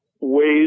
ways